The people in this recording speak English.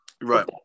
Right